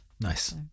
Nice